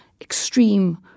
extreme